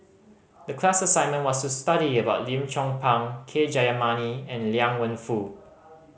the class assignment was to study about Lim Chong Pang K Jayamani and Liang Wenfu